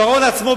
שרון עצמו,